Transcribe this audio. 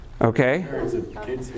Okay